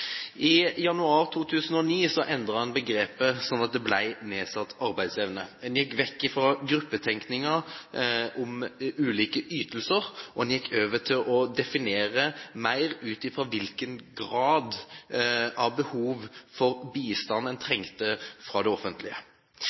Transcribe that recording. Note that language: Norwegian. det denne interpellasjonen faktisk handler om. I januar 2009 endret en begrepet til «nedsatt arbeidsevne». En gikk bort fra gruppetenkingen om ulike ytelser, og en gikk over til å definere mer ut fra hvilken grad av behov for bistand en trengte